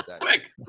Quick